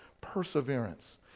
perseverance